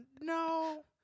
no